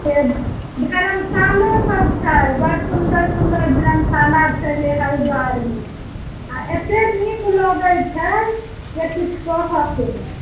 से धर्मशालो सब छै बड़ सुंदर सुंदर धर्मशाला छै जे हरिद्वारमे आ एतेक नीक लगैत छै जे किछु कहऽके नहि